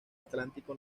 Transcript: atlántico